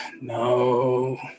No